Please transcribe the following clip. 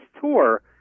tour